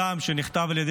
על ידי